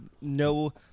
No